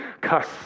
cuss